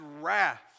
wrath